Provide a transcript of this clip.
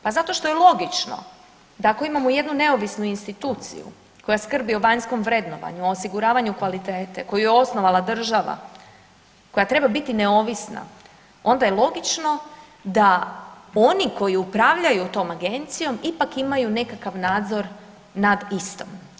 Pa zato što je logično da ako imamo jednu neovisnu instituciju koja skrbi o vanjskom vrednovanju, o osiguravanju kvalitete, koju je osnovala država, koja treba biti neovisna onda je logično da oni koji upravljaju tom agencijom ipak imaju nekakav nadzor nad istom.